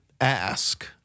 ask